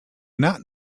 not